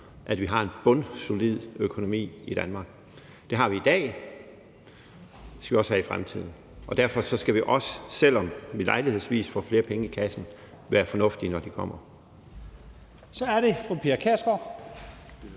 at vi har en bundsolid økonomi i Danmark. Det har vi i dag, og det skal vi også have i fremtiden, og derfor skal vi også, selv om vi lejlighedsvis får flere penge i kassen, være fornuftige, når de kommer. Kl. 11:50 Første